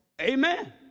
Amen